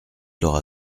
l’aura